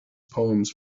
poems